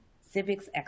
Civics